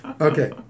Okay